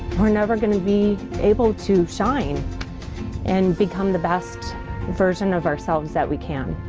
we're never going to be able to shine and become the best version of ourselves that we can.